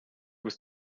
was